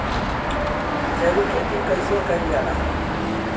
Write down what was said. जैविक खेती कईसे कईल जाला?